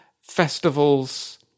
festivals